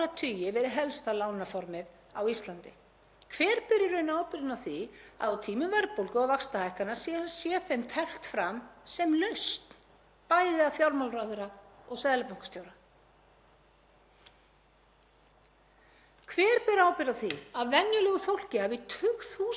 bæði af fjármálaráðherra og seðlabankastjóra? Hver ber ábyrgð á því að venjulegu fólki hafi í tugþúsunda tali verið talin trú um að lán sem eru í raun kölluð Ponzi-fjármögnun séu góð lausn fyrir það til að koma sér þaki yfir höfuðið?